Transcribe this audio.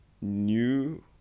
new